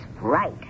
Right